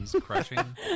crushing